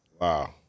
Wow